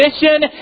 mission